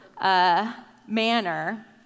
manner